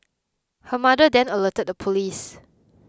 her mother then alerted the police